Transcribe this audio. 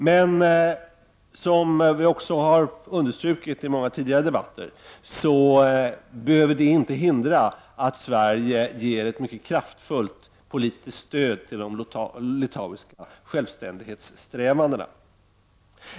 Men, som vi också har understrukit i många tidigare debatter, så behöver detta inte hindra att Sverige ger ett mycket kraftfullt politiskt stöd till de litauiska självständighetssträvandena.